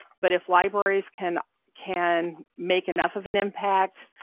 but if libraries can can make enough of an impact